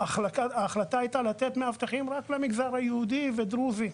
ההחלטה הייתה לתת מאבטחים רק במגזר היהודי ובמגזר הדרוזי,